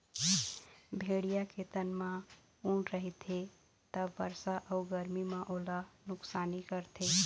भेड़िया के तन म ऊन रहिथे त बरसा अउ गरमी म ओला नुकसानी करथे